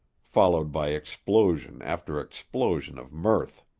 followed by explosion after explosion of mirth.